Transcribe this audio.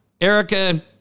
Erica